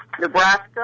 Nebraska